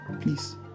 please